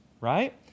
right